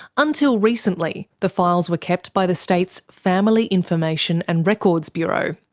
until recently, the files were kept by the state's family information and records bureau.